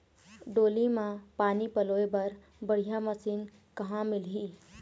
डोली म पानी पलोए बर बढ़िया मशीन कहां मिलही?